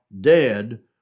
dead